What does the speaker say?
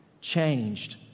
changed